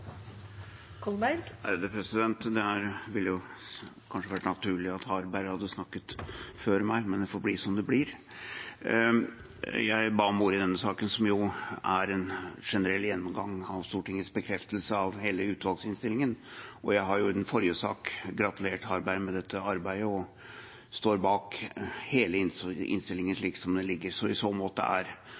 får bli som det blir. Jeg ba om ordet i denne saken, som er en generell gjennomgang av Stortingets bekreftelse av hele utvalgsinnstillingen. Jeg har jo i den forrige saken gratulert Harberg med dette arbeidet og står bak hele innstillingen slik den ligger. I så måte er